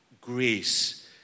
grace